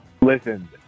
Listen